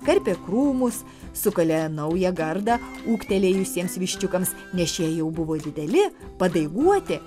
karpė krūmus sukalė naują gardą ūgtelėjusiems viščiukams nes šie jau buvo dideli padaiguoti